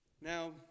Now